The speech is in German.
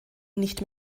nicht